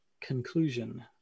conclusion